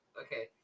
Okay